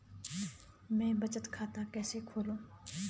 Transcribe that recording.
मैं बचत खाता कैसे खोलूँ?